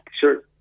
sure